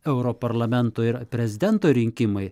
europarlamento ir prezidento rinkimai